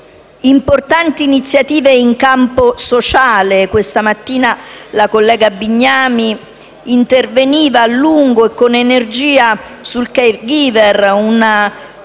importanti iniziative in campo sociale. Questa mattina la collega Bignami è intervenuta a lungo e con energia sul *caregiver*, una